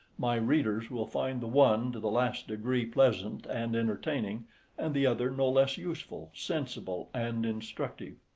my readers will find the one to the last degree pleasant and entertaining and the other no less useful, sensible, and instructive.